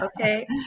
Okay